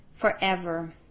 forever